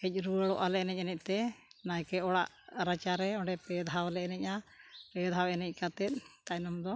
ᱦᱮᱡ ᱨᱩᱣᱟᱹᱲᱚᱜ ᱟᱞᱮ ᱮᱱᱮᱡᱼᱮᱱᱮᱡ ᱛᱮ ᱱᱟᱭᱠᱮ ᱚᱲᱟᱜ ᱨᱟᱪᱟᱨᱮ ᱚᱸᱰᱮ ᱯᱮ ᱫᱷᱟᱣᱞᱮ ᱮᱱᱮᱡᱼᱟ ᱯᱮ ᱫᱷᱟᱣ ᱮᱱᱮᱡ ᱠᱟᱛᱮᱫ ᱛᱟᱭᱱᱚᱢ ᱫᱚ